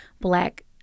Black